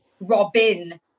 Robin